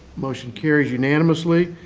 motion carries unanimously.